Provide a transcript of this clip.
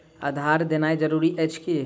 आधार देनाय जरूरी अछि की?